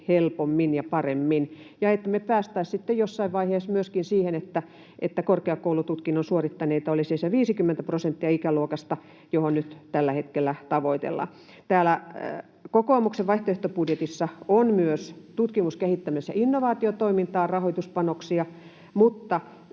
helpommin ja paremmin ja me pääsisimme sitten jossain vaiheessa myöskin siihen, että korkeakoulututkinnon suorittaneita olisi se 50 prosenttia ikäluokasta, mitä nyt tällä hetkellä tavoitellaan. Täällä kokoomuksen vaihtoehtobudjetissa on myös tutkimus‑, kehittämis‑ ja innovaatiotoimintaan rahoituspanoksia, mutta